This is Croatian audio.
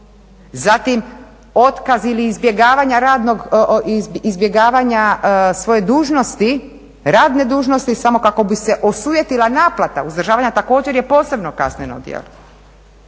zatim otkaz ili izbjegavanja svoje radne dužnosti samo kako bi se osujetila naplata uzdržavanja također je posebno kazneno djelo.